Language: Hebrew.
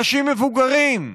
אנשים מבוגרים,